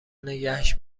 نگهش